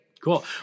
Cool